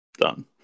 done